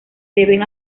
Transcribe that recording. deben